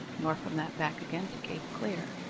nor from that back again to cape clear.